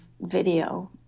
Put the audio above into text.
video